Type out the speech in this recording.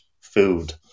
food